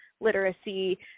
literacy